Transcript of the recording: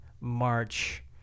March